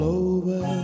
over